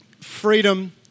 freedom